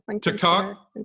TikTok